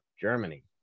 Germany